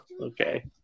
Okay